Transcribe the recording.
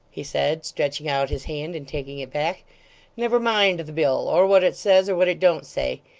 he said, stretching out his hand and taking it back never mind the bill, or what it says, or what it don't say.